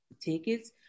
tickets